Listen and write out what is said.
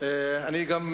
אני רוצה לברך את